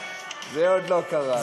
זה עוד לא קרה לי.